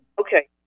Okay